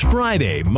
Friday